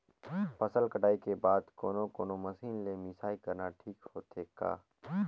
फसल कटाई के बाद कोने कोने मशीन ले मिसाई करना ठीक होथे ग?